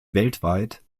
weltweit